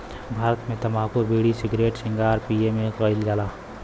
भारत मे तम्बाकू bidi, cigarette cigar पिए मे कइल जाला